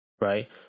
right